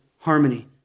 harmony